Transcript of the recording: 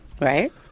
Right